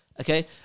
Okay